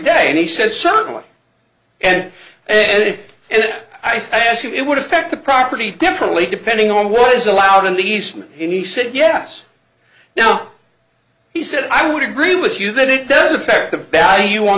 day and he said certainly and it and i said yes it would affect the property differently depending on what was allowed in the east he said yes now he said i would agree with you that it does affect the value on